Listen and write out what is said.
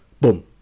Boom